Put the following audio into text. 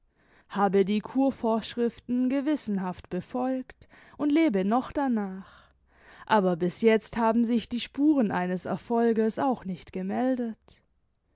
habe die kurvorschriften gewissenhaft befolgt und lebe noch danach aber bis jetzt haben sich die spuren eines erfolges auch nicht gemeldet